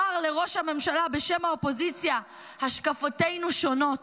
אומר לראש הממשלה בשם האופוזיציה: השקפותינו שונות,